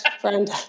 friend